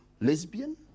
lesbian